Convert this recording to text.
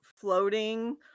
floating